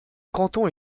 canton